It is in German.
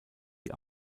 die